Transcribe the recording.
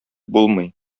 булмый